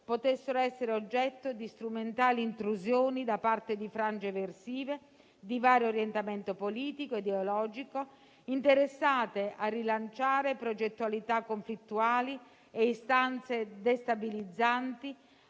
potessero essere oggetto di strumentali intrusioni da parte di frange eversive di vario orientamento politico e ideologico, interessate a rilanciare progettualità conflittuali e istanze destabilizzanti,